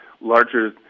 larger